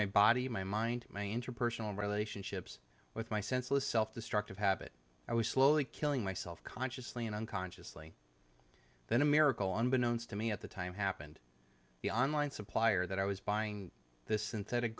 my body my mind my interpersonal relationships with my senseless self destructive habit i was slowly killing myself consciously and unconsciously then a miracle unbeknown to me at the time happened the online supplier that i was buying this